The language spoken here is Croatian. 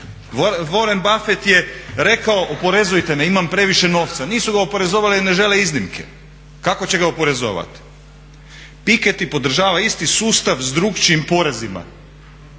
Warren Buffett je rekao oporezujte me imam previše novca. Nisu ga oporezovali jer ne žele iznimke. Kako će ga oporezovati. Piketty podržava isti sustav s drukčijim porezima.